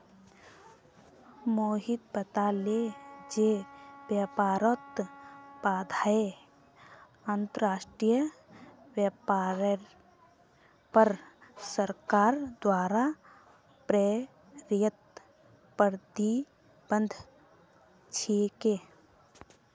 मोहित बताले जे व्यापार बाधाएं अंतर्राष्ट्रीय व्यापारेर पर सरकार द्वारा प्रेरित प्रतिबंध छिके